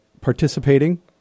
participating